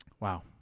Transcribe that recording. Wow